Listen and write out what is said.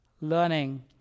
Learning